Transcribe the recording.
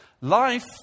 Life